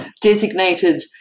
designated